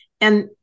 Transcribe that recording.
And-